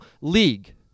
league